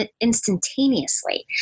instantaneously